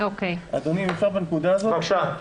איתן פלג, בבקשה.